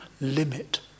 limit